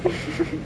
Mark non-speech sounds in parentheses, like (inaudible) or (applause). (laughs)